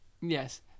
Yes